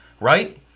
Right